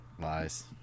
Lies